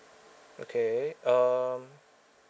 okay um